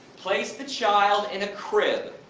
place the child in a crib,